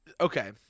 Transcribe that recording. Okay